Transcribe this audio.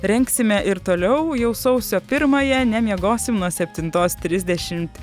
rengsime ir toliau jau sausio pirmąją nemiegosim nuo septintos trisdešimt